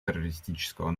террористического